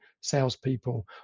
salespeople